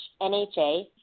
NHA